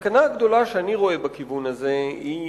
הסכנה הגדולה שאני רואה בכיוון הזה היא